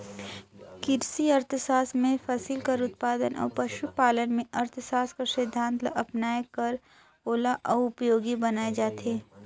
किरसी अर्थसास्त्र में फसिल कर उत्पादन अउ पसु पालन में अर्थसास्त्र कर सिद्धांत ल अपनाए कर ओला अउ उपयोगी बनाए जाथे